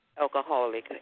alcoholic